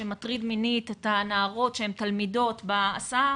שמטריד מינית את הנערות שהן תלמידות בהסעה,